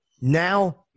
Now